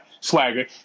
swagger